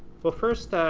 well first,